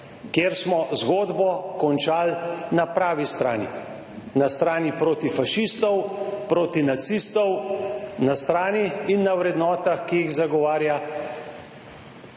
kjer smo zgodbo končali na pravi strani, na strani protifašistov, protinacistov, na strani in na vrednotah, ki jih zagovarja